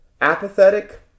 apathetic